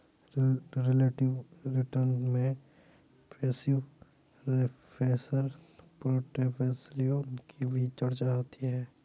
relative return में passive reference portfolio की भी चर्चा होती है